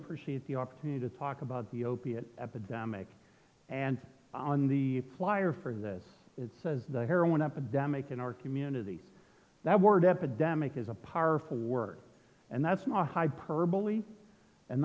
appreciate the opportunity to talk about the opiate epidemic and on the flyer for this it says the heroin epidemic in our community that word epidemic is a powerful word and that's not hyperbole and